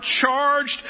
charged